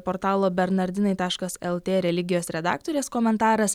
portalo bernardinai taškas lt religijos redaktorės komentaras